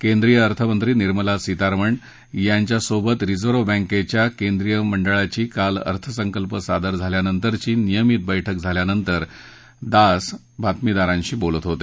केंद्रीय अर्थमंत्री निर्मला सीतारामन यांच्यासोबत रिझर्व्ह बँकेच्या केंद्रीय मंडळाची काल अर्थसंकल्प सादर झाल्यानंतरची नियमित बैठक झाल्यानंतर दास बातमीदारांशी बोलत होते